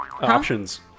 Options